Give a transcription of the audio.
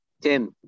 Tim